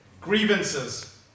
Grievances